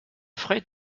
frais